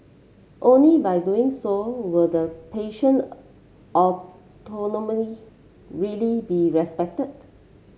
only by doing so will the patient all really be respected